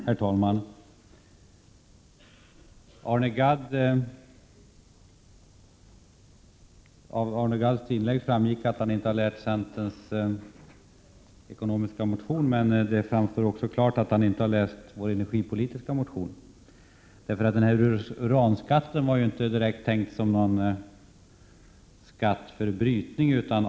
Herr talman! Av Arne Gadds inlägg framgick att han inte läst centerns ekonomiska motion, men det framstår också klart att han inte heller har läst vår energipolitiska motion. Uranskatten var ju inte direkt tänkt som en skatt på brytning.